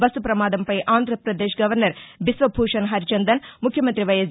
bus ప్రమాదంపై Andhra Pradesh governor Biswabhusan Harichandan ముఖ్యమంతి YS